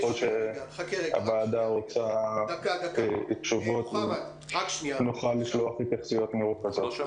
ככל שהוועדה רוצה תשובות נוכל לשלוח התייחסויות מרוכזות.